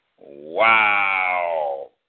Wow